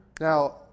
now